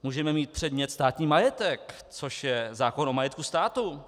Můžeme mít předmět státní majetek, což je zákon o majetku státu.